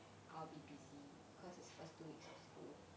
I'll be busy cause it's first two weeks of school